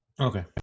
okay